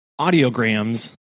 audiograms